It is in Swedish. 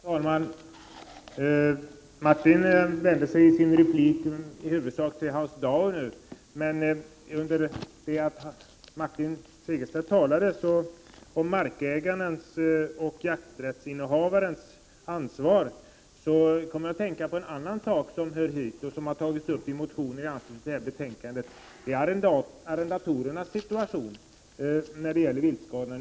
Herr talman! Martin Segerstedt vände sig i sin replik i synnerhet till Hans Dau. Men medan Martin Segerstedt talade om markägarens och jakträttsinnehavarnas ansvar kom jag att tänka på en annan sak som hör hemma i detta sammanhang och som tagits upp i motioner som behandlas i detta betänkande, nämligen arrendatorernas situation när det gäller viltskadorna.